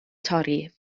torri